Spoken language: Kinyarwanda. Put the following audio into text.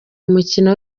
umukino